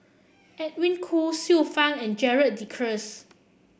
Edwin Koo Xiu Fang and Gerald De Cruz